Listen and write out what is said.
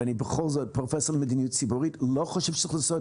ואני בכל זאת פרופסור למדיניות ציבורית לא חושב שצריך לעשות